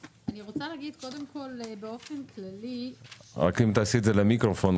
אני רוצה להגיד באופן כללי --- אם רק תעשי למיקרופון,